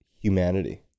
humanity